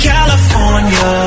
California